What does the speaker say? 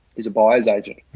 is a buyer's agent.